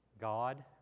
God